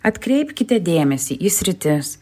atkreipkite dėmesį į sritis